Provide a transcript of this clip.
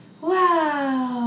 wow